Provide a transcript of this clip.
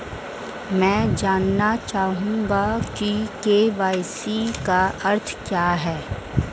मैं जानना चाहूंगा कि के.वाई.सी का अर्थ क्या है?